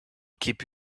keep